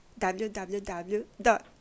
www